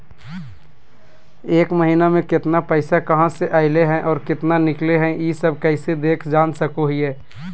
एक महीना में केतना पैसा कहा से अयले है और केतना निकले हैं, ई सब कैसे देख जान सको हियय?